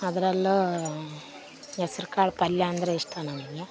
ಅದರಲ್ಲೂ ಹೆಸ್ರು ಕಾಳು ಪಲ್ಯ ಅಂದರೆ ಇಷ್ಟ ನಮಗೆ